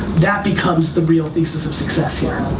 that becomes the real thesis of success here.